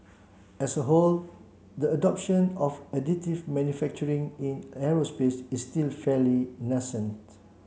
as a whole the adoption of additive manufacturing in aerospace is still fairly nascent